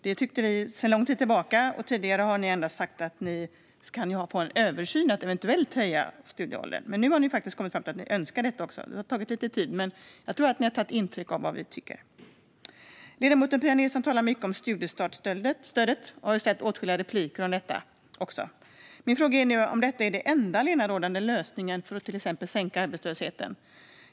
Det har vi tyckt länge, men tidigare har ni endast talat om en översyn av möjligheten att eventuellt höja åldern för studielån. Men nu har även ni faktiskt kommit fram till att ni önskar det. Det har tagit lite tid, men jag tror att ni har tagit intryck av vad vi tycker. Ledamoten Pia Nilsson talar mycket om studiestartsstödet och har haft åtskilliga repliker om detta. Min fråga är om detta är den allenarådande lösningen för att till exempel sänka arbetslösheten.